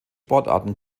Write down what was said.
sportarten